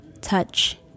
touch